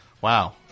Wow